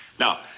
Now